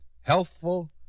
Healthful